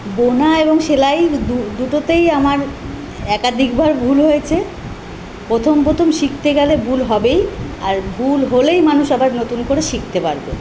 বোনা এবং সেলাই দু দুটোতেই আমার একাধিক বার ভুল হয়েছে প্রথম প্রথম শিখতে গেলে ভুল হবেই আর ভুল হলেই মানুষ আবার নতুন করে মানুষ শিখতে পারবে